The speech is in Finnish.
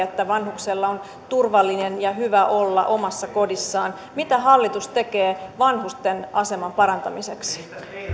jotta vanhuksella on turvallinen ja hyvä olla omassa kodissaan mitä hallitus tekee vanhusten aseman parantamiseksi